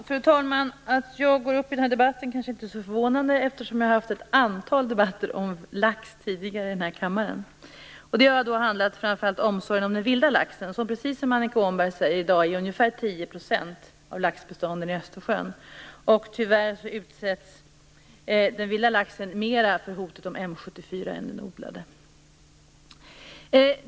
Fru talman! Att jag går upp i denna debatt är kanske inte så förvånande, eftersom jag har deltagit i ett antal debatter om lax tidigare i denna kammare. Det har framför allt handlat om omsorgen om den vilda laxen som, precis som Annika Åhnberg säger, utgör ungefär 10 % av laxbestånden i Östersjön. Tyvärr utsätts den vilda laxen för hotet om M74 i större utsträckning än den odlade.